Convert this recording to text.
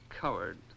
coward